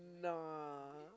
nah